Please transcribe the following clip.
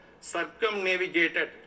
circumnavigated